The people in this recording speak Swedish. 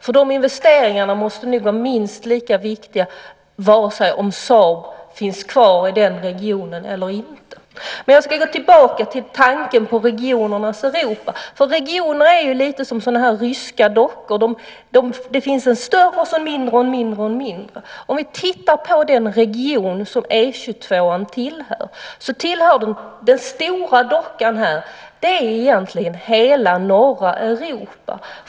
De investeringarna måste vara minst lika viktiga vare sig Saab finns kvar i regionen eller inte. Jag ska gå tillbaka till tanken på regionernas Europa. Regionerna är lite som ryska dockor. Det finns en större, och de resterande blir mindre, mindre och mindre. Låt oss titta på den region E 22 tillhör. Den stora dockan är egentligen hela norra Europa.